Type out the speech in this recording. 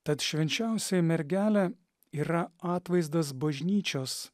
tad švenčiausioji mergelė yra atvaizdas bažnyčios